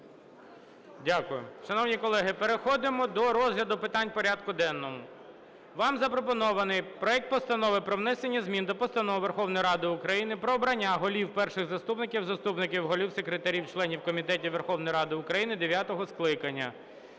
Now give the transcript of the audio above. Дякую. Шановні колеги, переходимо до розгляду питань порядку денного. Вам запропонований проект Постанови про внесення змін до Постанови Верховної Ради України "Про обрання голів, перших заступників, заступників голів, секретарів, членів комітетів Верховної Ради України дев’ятого скликання"